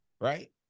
Right